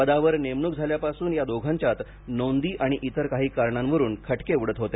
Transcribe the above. पदावर नेमणुक झाल्यापासून या दोघांच्यात नोंदी आणि इतर काही कारणांवरुन खटके उडत होते